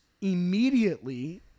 immediately